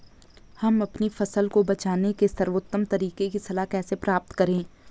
हम अपनी फसल को बचाने के सर्वोत्तम तरीके की सलाह कैसे प्राप्त करें?